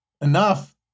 enough